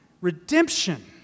redemption